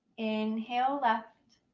inhale left.